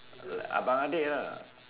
abang adik lah